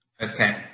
Okay